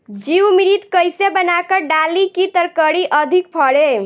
जीवमृत कईसे बनाकर डाली की तरकरी अधिक फरे?